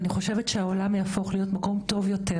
אני חושבת שהעולם יהפוך להיות מקום טוב יותר,